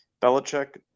Belichick